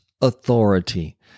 authority